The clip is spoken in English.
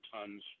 tons